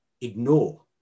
ignore